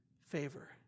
favor